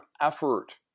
effort